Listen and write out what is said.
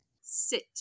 Sit